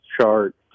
chart